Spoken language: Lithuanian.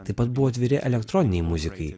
taip pat buvo atviri elektroninei muzikai